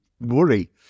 worry